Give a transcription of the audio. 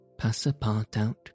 Passapartout